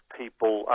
people